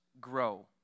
grow